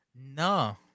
No